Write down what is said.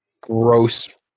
gross